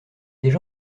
déjà